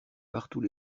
partout